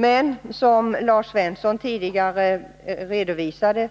Men det är som Lars Svensson tidigare redovisade,